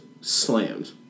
slammed